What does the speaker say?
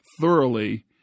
thoroughly